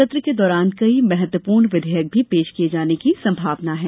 सत्र के दौरान कई महत्वपूर्ण विधेयक भी पेश किये जाने की संभावना है